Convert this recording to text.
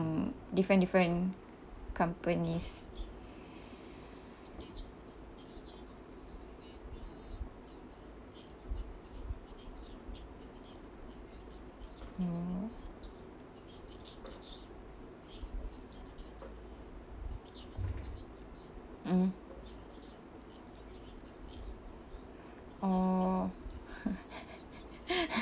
mm different different companies mm mm oh